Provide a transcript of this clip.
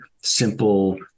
simple